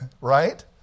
Right